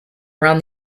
around